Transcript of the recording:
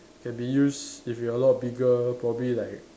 can be used if you're a lot bigger probably like